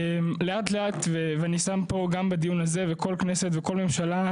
אני שם פה גם בדיון הזה וכל כנסת וכל ממשלה,